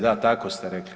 Da tako ste rekli.